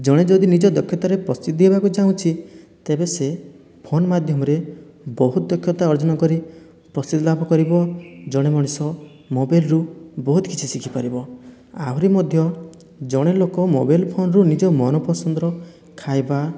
ଜଣେ ଯଦି ନିଜ ଦକ୍ଷତାରେ ପ୍ରସିଦ୍ଧି ହେବାକୁ ଚାହୁଁଛି ତେବେ ସିଏ ଫୋନ ମାଧ୍ୟମରେ ବହୁତ ଦକ୍ଷତା ଅର୍ଜନ କରେ ପ୍ରସିଦ୍ଧ ଲାଭ କରିବ ଜଣେ ମଣିଷ ମୋବାଇଲରୁ ବହୁତ କିଛି ଶିଖିପାରିବ ଆହୁରି ମଧ୍ୟ ଜଣେ ଲୋକ ମୋବାଇଲ ଫୋନରୁ ନିଜ ମନପସନ୍ଦର ଖାଇବା